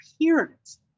appearance